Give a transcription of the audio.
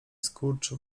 skurcz